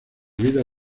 vida